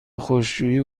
خشکشویی